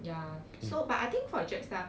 ya so but I think for jetstar